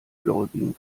gläubigen